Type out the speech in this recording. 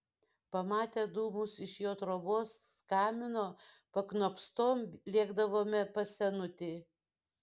pamatę dūmus iš jo trobos kamino paknopstom lėkdavome pas senutį